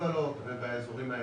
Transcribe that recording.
במזבלות ובאזורים האלה.